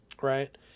right